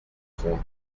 trois